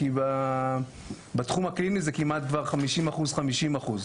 כי בתחום הקליני זה כבר כמעט 50 אחוז-50 אחוז.